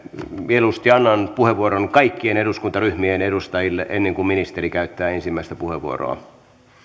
mieluusti annan puheenvuoron kaikkien eduskuntaryhmien edustajille ennen kuin ministeri käyttää ensimmäisen puheenvuoron